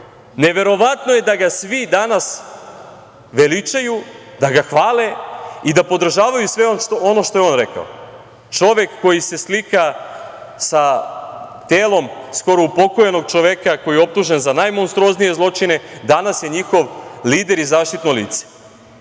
neverovatno je da ga svi danas veličaju, da ga hvale i da podržavaju sve ono što je on rekao. Čovek koji se slika sa telom skoro upokojenog čoveka koji je optužen sa najmonstruoznije zločine danas je njihov lider i zaštitno lice.